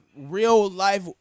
real-life